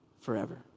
Forever